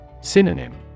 Synonym